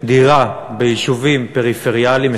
דירה ביישובים פריפריאליים.